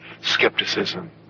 skepticism